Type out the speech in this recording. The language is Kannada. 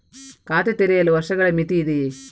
ಖಾತೆ ತೆರೆಯಲು ವರ್ಷಗಳ ಮಿತಿ ಇದೆಯೇ?